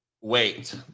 wait